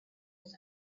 was